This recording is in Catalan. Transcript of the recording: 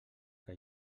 que